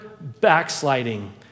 backsliding